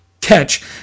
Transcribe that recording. catch